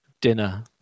dinner